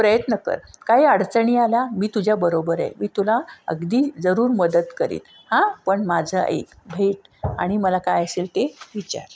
प्रयत्न कर काही अडचणी आल्या मी तुझ्या बरोबर आहे मी तुला अगदी जरूर मदत करीन हां पण माझं ऐक भेट आणि मला काय असेल ते विचार